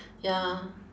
ya